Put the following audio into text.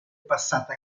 passata